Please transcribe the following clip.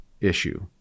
issue